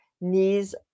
knees